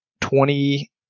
twenty